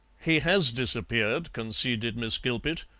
he has disappeared, conceded miss gilpet,